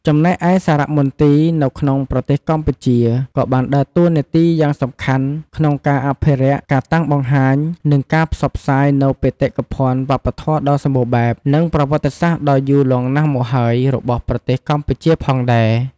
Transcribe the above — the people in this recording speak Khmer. ចំណែកឯសារមន្ទីរនៅក្នុងប្រទេសកម្ពុជា ក៏បានដើរតួនាទីយ៉ាងសំខាន់ក្នុងការអភិរក្ស កាតាំងបង្ហាញ និងការផ្សព្វផ្សាយនូវបេតិកភណ្ឌវប្បធម៌ដ៏សម្បូរបែប និងប្រវត្តិសាស្ត្រដ៏យូរលង់ណាស់មកហើយរបស់ប្រទេសកម្ពុជាផងដែរ។